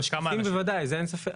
משקיפים בוודאי, זה אין ספק.